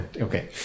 Okay